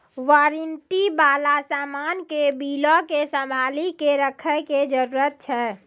warranty बाला समान के बिलो के संभाली के रखै के जरूरत छै